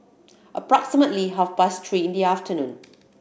approximately half past three in the afternoon